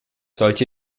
solche